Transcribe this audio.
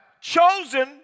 chosen